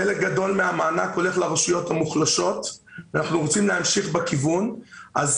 חלק גדול מהמענק הולך לרשויות המוחלשות ואנחנו רוצים להמשיך בכיוון הזה.